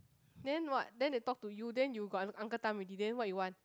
then what then they talk to you then you got uncle time already then what you want